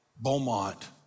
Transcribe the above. Beaumont